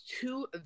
two